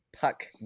Puck